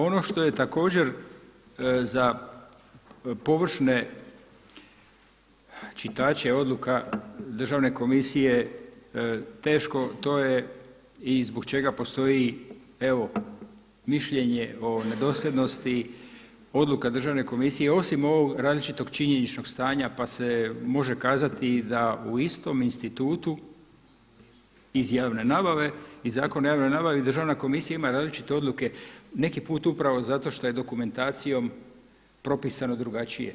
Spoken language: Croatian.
Ono što je također za površne čitače odluka državne komisije teško to je i zbog čega postoji evo mišljenje o nedosljednosti, odluka državne komisije osim ovog različitog činjeničnog stanja pa se može kazati da u istom institutu iz javne nabave i Zakon o javnoj nabavi državna komisija ima različite odluke, neki put upravo zato što je dokumentacijom propisano drugačije.